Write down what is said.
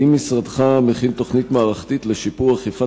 האם משרדך מכין תוכנית מערכתית לשיפור אכיפת